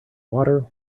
water